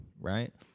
right